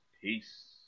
Peace